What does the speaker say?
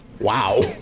Wow